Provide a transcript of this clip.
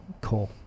Cool